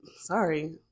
Sorry